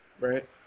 right